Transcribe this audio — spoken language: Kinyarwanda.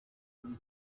kuri